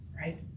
Right